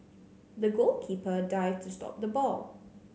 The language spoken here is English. the goalkeeper dived to stop the ball